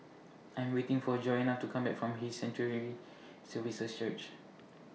I Am waiting For Joanna to Come Back from His Sanctuary Services Church